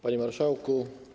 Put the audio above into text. Panie Marszałku!